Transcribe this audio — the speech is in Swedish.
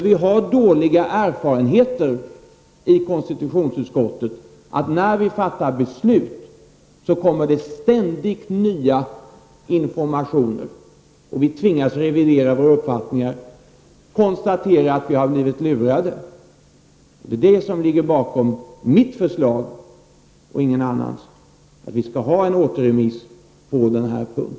Vi har dålig erfarenhet i konstitutionsutskottet: när vi fattar beslut kommer det ständigt nya informationer och vi tvingas revidera våra uppfattningar och konstatera att vi har blivit lurade. Det är det som ligger bakom mitt förslag, och ingen annans, att vi skall ha en återremiss på den här punkten.